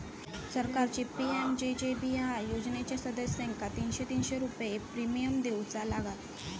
सरकारची पी.एम.जे.जे.बी.आय योजनेच्या सदस्यांका तीनशे तीनशे रुपये प्रिमियम देऊचा लागात